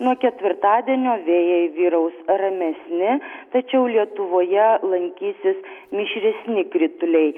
nuo ketvirtadienio vėjai vyraus ramesni tačiau lietuvoje lankysis mišresni krituliai